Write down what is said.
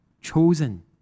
chosen